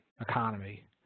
economy